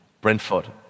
Brentford